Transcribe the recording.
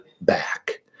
back